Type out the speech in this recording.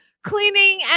Cleaning